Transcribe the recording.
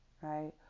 right